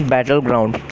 Battleground